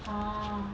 orh